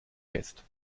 fest